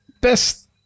best